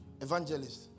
Evangelist